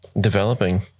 developing